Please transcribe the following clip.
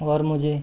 और मुझे